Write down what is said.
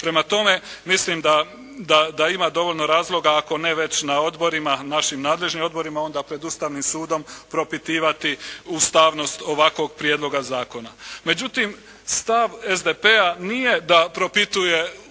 Prema tome, mislim da ima dovoljno razloga, ako ne već na odborima, našim nadležnim odborima, onda pred Ustavnim sudom propitivati ustavnost ovakvog prijedloga zakona. Međutim, stav SDP-a nije da propituje, niti